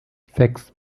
sechs